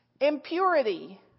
Impurity